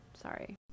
Sorry